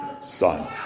son